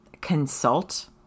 consult